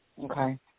Okay